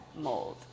mold